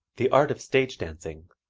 the art of stage dancing,